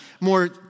more